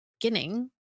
beginning